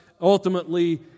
Ultimately